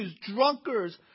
drunkards